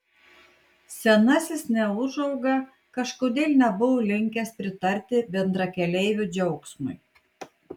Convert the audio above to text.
senasis neūžauga kažkodėl nebuvo linkęs pritarti bendrakeleivio džiaugsmui